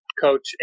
Coach